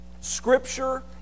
Scripture